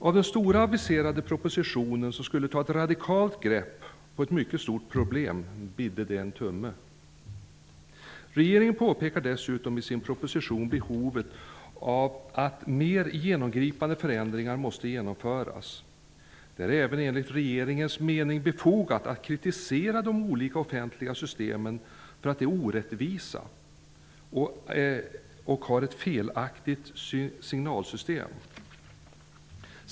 Av den stora aviserade propositionen som skulle ta ett radikalt grepp på ett mycket stort problem ''bidde det en tumme''. Regeringen påpekar dessutom i sin proposition behovet av att mer genomgripande förändringar måste genomföras. Det är även, enligt regeringens mening, befogat att kritisera de olika offentliga systemen för att de är orättvisa och har ett felaktigt signalsystem.